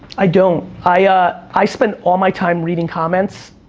i don't, i ah i spend all my time reading comments